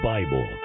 Bible